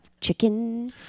chicken